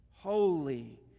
Holy